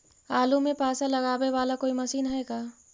आलू मे पासा लगाबे बाला कोइ मशीन है का?